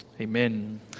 Amen